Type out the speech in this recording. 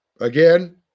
again